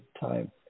time